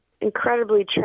incredibly